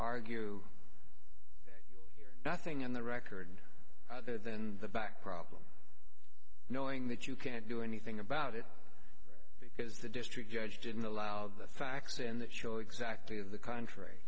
here nothing in the record in the back problem knowing that you can't do anything about it because the district judge didn't allow the facts in that show exactly the contr